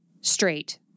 straight